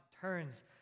turns